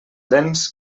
dents